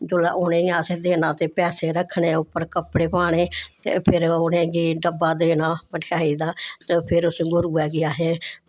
ते जेल्लै उनेंगी असें देना ते पैसे रक्खने उप्पर कपड़े पाने ते फिर उनेंगी डब्बा देना ते फिर संदूर पाइयै असें